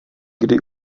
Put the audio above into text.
kdy